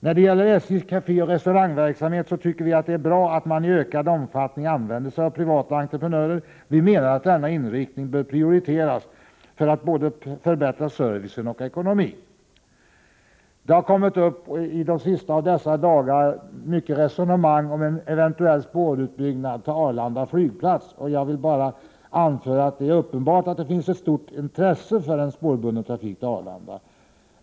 När det gäller SJ:s kafé och restaurangverksamhet tycker vi att det är bra att man i ökad omfattning använder sig av privata entreprenörer. Vi menar att denna inriktning bör prioriteras för att förbättra både servicen och ekonomin. Under de senaste av dessa dagar har det skett ett resonemang om en eventuell spårutbyggnad till Arlanda flygplats. Det är uppenbart att det finns ett stort intresse för en sådan spårbunden trafik.